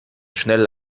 schnell